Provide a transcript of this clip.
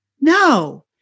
No